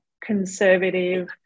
conservative